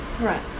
right